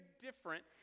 different